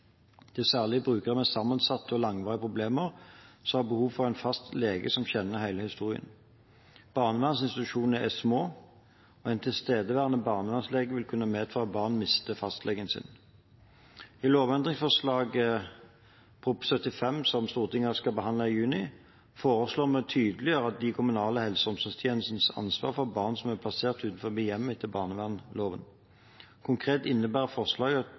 Det er særlig brukere med sammensatte og langvarige problemer som har behov for en fast lege som kjenner hele historien. Barnevernsinstitusjonene er små, og en tilstedeværende barnevernslege vil kunne medføre at barnet mister fastlegen sin. I lovendringsforslaget, Prop. 75 L for 2016–2017, som Stortinget skal behandle i juni, foreslår vi å tydeliggjøre de kommunale helse- og omsorgstjenestenes ansvar for barn som er plassert utenfor hjemmet etter barnevernsloven. Konkret innebærer forslaget